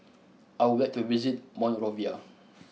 I would like to visit Monrovia